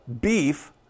beef